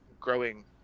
growing